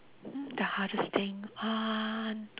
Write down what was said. mm the hardest thing uh